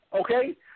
Okay